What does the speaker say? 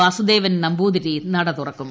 വാസുദേവൻ നമ്പൂതിരി നട തുറക്കും